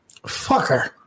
Fucker